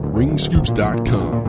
Ringscoops.com